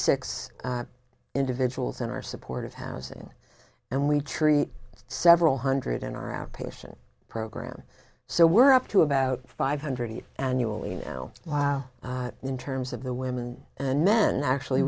six individuals in our support of housing and we treat several hundred in our outpatient program so we're up to about five hundred annually now wow in terms of the women and men actually